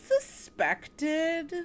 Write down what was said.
suspected